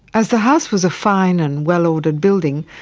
as the house was a fine and well ordered building,